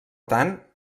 tant